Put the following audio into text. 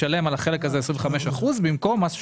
כלומר, ישלם על החלק הזה 25 אחוזים במקום מס שולי.